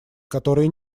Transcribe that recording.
которые